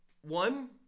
One